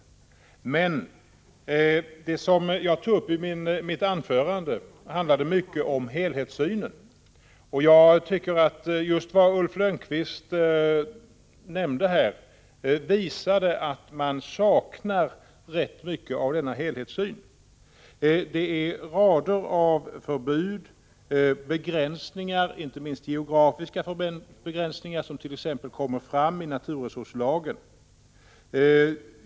Men det som jag tog upp i mitt anförande handlade mycket om helhetssynen. Just vad Ulf Lönnqvist här nämnde visade att socialdemokraterna saknar rätt mycket av denna helhetssyn. Det regeringen har föreslagit är rader av förbud och begränsningar, inte minst geografiska begränsningar, vilket t.ex. kommer fram i naturresurslagen.